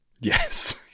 Yes